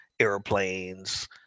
airplanes